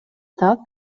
таап